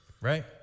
Right